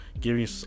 giving